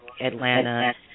Atlanta